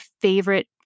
favorite